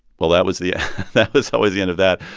well, that was the that was always the end of that,